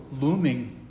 looming